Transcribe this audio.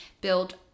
build